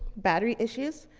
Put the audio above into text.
battery issues,